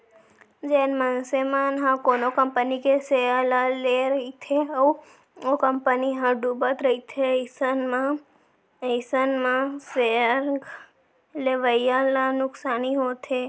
जेन मनसे मन ह कोनो कंपनी के सेयर ल लेए रहिथे अउ ओ कंपनी ह डुबत रहिथे अइसन म अइसन म सेयर लेवइया ल नुकसानी होथे